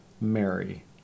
Mary